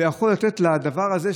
ויכול לתת לדבר הזה,